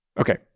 Okay